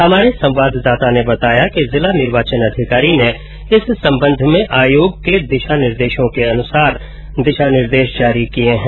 हमारे संवाददाता ने बताया कि जिला निर्वाचन अधिकारी ने इस संबंध में आयोग के दिशा निर्देशों के अनुसार दिशा निर्देश जारी किए है